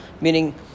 Meaning